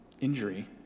Injury